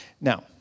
Now